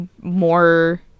more